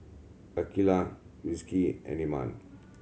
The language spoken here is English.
Aqeelah Rizqi and Iman